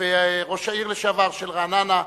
וראש העיר לשעבר של רעננה,